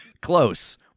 Close